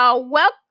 welcome